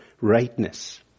rightness